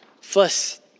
First